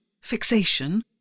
fixation